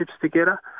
together